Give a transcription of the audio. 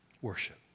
worship